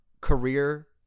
career